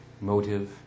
motive